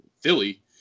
Philly